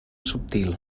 subtil